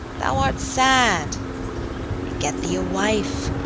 thou art sad get thee a wife,